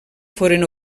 foren